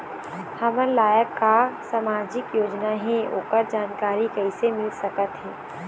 हमर लायक का का सामाजिक योजना हे, ओकर जानकारी कइसे मील सकत हे?